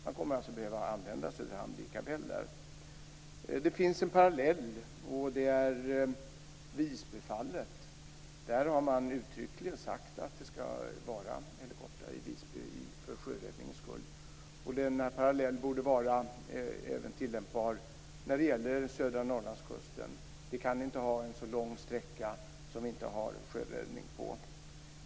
Man kommer alltså att behöva använda Det finns en parallell, och det är Visbyfallet. Där har man uttryckligen sagt att det skall vara helikoptrar i Visby för sjöräddningens skull. Denna parallell borde vara tillämpbar även när det gäller södra Norrlandskusten. Vi kan inte ha en så lång sträcka som vi inte har sjöräddning på.